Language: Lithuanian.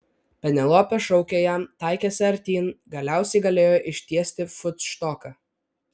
penelopė šaukė jam taikėsi artyn galiausiai galėjo ištiesti futštoką